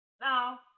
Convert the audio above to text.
Now